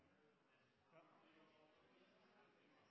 Ja, vi